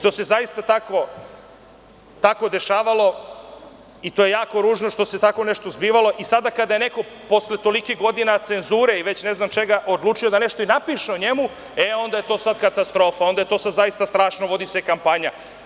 To se zaista tako dešavalo i to je jako ružno što se tako nešto zbivalo i sada kada neko posle toliko godina cenzure i ne znam čega odlučio da nešto i napiše o njemu, onda je to katastrofa, onda je to sada zaista strašno i vodi se kampanja.